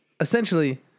essentially